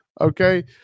okay